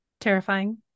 terrifying